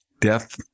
death